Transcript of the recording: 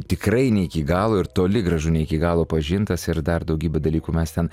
tikrai ne iki galo ir toli gražu ne iki galo pažintas ir dar daugybę dalykų mes ten